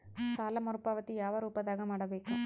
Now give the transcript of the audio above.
ಸಾಲ ಮರುಪಾವತಿ ಯಾವ ರೂಪದಾಗ ಮಾಡಬೇಕು?